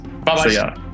Bye